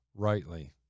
rightly